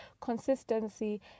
consistency